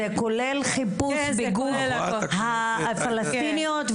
זה כולל חיפוש על גוף הפלסטיניות?